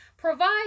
Provide